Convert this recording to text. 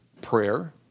prayer